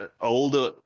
older